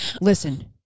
Listen